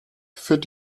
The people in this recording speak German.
führt